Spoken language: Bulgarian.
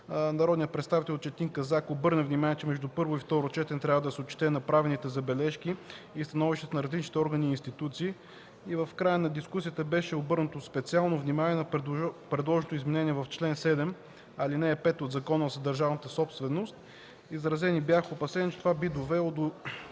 Народният представител Четин Казак обърна внимание, че между първо и второ четене трябва да се отчетат направените забележки и становищата на различните органи и институции. В края на дискусията беше обърнато специално внимание на предложеното изменение на чл. 7, ал. 5 от Закона за държавната собственост. Изразени бяха опасения, че това би довело до